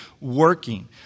working